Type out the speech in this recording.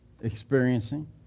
experiencing